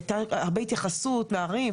הייתה הרבה התייחסות מערים,